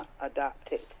adopted